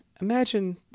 imagine